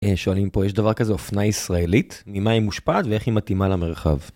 שואלים פה, יש דבר כזה, אופנה ישראלית? ממה היא מושפעת ואיך היא מתאימה למרחב?